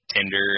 tinder